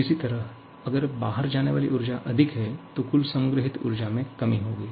इसी तरह अगर बाहर जाने वाली ऊर्जा अधिक है तो कुल संग्रहीत ऊर्जा में कमी होगी